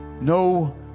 No